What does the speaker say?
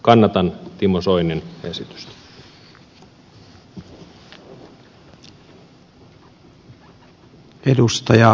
kannatan timo soinin esitystä